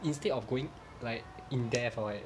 instead of going like in depth for it